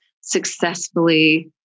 successfully